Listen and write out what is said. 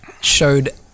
showed